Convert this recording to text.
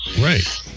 right